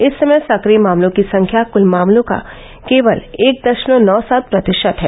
इस समय सक्रिय मामलों की संख्या कुल मामलों का केवल एक दशमलव नौ सात प्रतिशत है